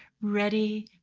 ready,